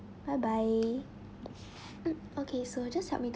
bye bye okay so just help me to